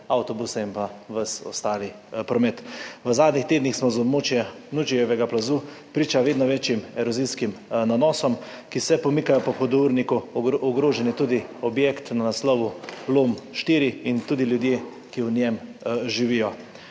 avtobuse in ves ostali promet. V zadnjih tednih smo na območju Nužijevega plazu priča vedno večjim erozijskim nanosom, ki se pomikajo po hudourniku. Ogrožen je tudi objekt na naslovu Lom 4 in tudi ljudje, ki v njem živijo.